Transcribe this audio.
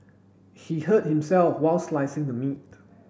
he hurt himself while slicing the meat